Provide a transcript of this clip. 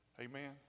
Amen